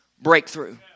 breakthrough